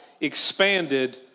expanded